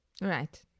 right